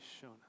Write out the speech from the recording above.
shown